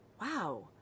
Wow